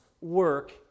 work